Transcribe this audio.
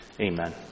Amen